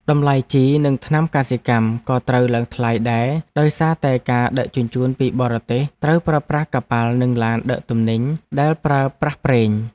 តម្លៃជីនិងថ្នាំកសិកម្មក៏ត្រូវឡើងថ្លៃដែរដោយសារតែការដឹកជញ្ជូនពីបរទេសត្រូវប្រើប្រាស់កប៉ាល់និងឡានដឹកទំនិញដែលប្រើប្រាស់ប្រេង។